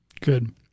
Good